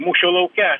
mūšio lauke